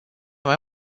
mai